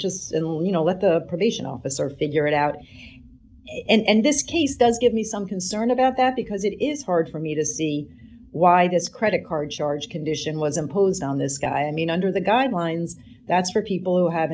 just you know let the probation officer figure it out and this case does give me some concern about that because it is hard for me to see why this credit card charge condition was imposed on this guy i mean under the guidelines that's for people who have